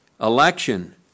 Election